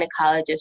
gynecologist